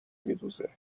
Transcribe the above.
میدوزه